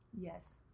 Yes